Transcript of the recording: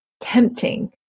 tempting